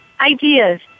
ideas